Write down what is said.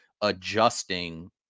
adjusting